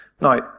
Now